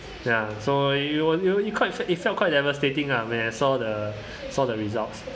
ya so you you you quite it~ it felt quite devastating when I saw the saw the results